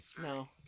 No